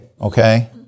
Okay